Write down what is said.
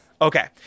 Okay